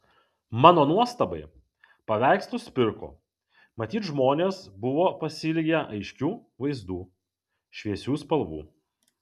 mano nuostabai paveikslus pirko matyt žmonės buvo pasiilgę aiškių vaizdų šviesių spalvų